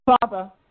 Father